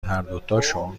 هردوتاشون